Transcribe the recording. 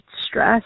stress